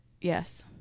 yes